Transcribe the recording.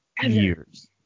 years